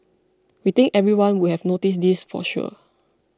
we think everyone would have noticed this for sure